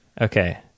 okay